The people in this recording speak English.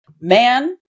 Man